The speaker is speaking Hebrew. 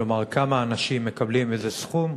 כלומר, כמה אנשים מקבלים איזה סכום.